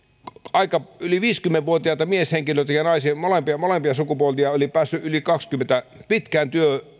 yli viisikymmentä vuotiaita mies ja naishenkilöitä molempia sukupuolia oli päässyt pitkän